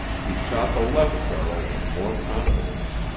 he shot the left barrel with more confidence.